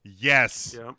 Yes